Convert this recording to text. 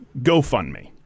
GoFundMe